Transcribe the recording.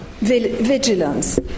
vigilance